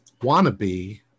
wannabe